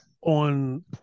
on